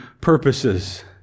purposes